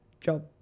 job